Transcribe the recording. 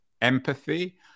empathy